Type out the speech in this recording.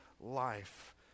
life